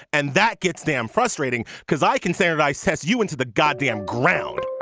and that gets them frustrating because i can say that i sent you into the goddamn ground